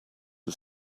are